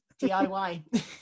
diy